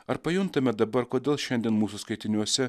ar pajuntame dabar kodėl šiandien mūsų skaitiniuose